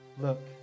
look